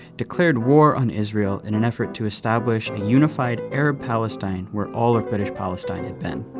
declared war on israel in an effort to establish a unified arab palestine where all of british palestine had been.